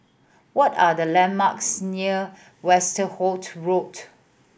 what are the landmarks near Westerhout Road